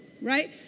right